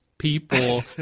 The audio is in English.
people